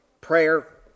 prayer